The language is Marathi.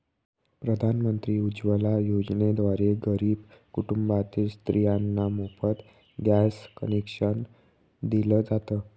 प्रधानमंत्री उज्वला योजनेद्वारे गरीब कुटुंबातील स्त्रियांना मोफत गॅस कनेक्शन दिल जात